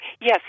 Yes